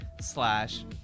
slash